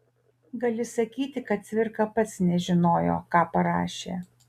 gali sakyti kad cvirka pats nežinojo ką parašė